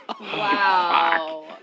Wow